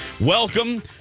Welcome